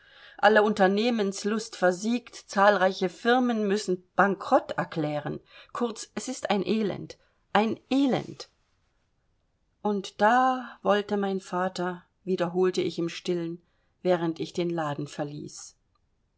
alle unternehmungslust versiegt zahlreiche firmen müssen bankerott erklären kurz es ist ein elend ein elend und da wollte mein vater wiederholte ich im stillen während ich den laden verließ